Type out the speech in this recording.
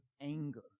anger